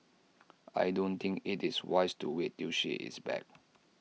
I don't think IT is wise to wait till she is back